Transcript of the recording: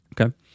Okay